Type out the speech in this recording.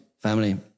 Family